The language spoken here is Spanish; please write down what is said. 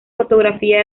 fotografía